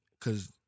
Cause